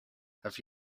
have